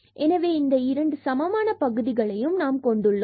எனவே இந்த இரண்டு சமமான பகுதிகளையும் நாம் கொண்டுள்ளோம்